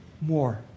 more